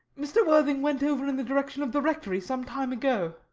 mr. worthing went over in the direction of the rectory some time ago.